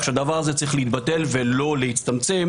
זה צריך להתבטל ולא להצטמצם,